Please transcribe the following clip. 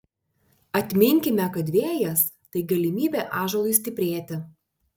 atminkime kad vėjas tai galimybė ąžuolui stiprėti